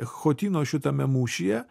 chotyno šitame mūšyje